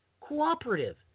cooperative